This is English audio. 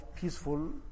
peaceful